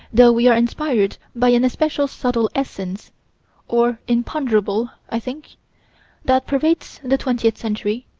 though we are inspired by an especial subtle essence or imponderable, i think that pervades the twentieth century,